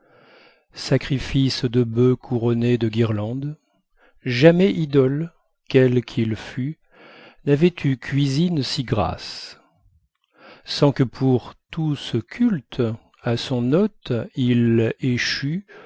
sacrifices de bœufs couronnés de guirlandes jamais idole quel qu'il fût n'avait eu cuisine si grasse sans que pour tout ce culte à son hôte il échût